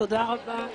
הישיבה נעולה.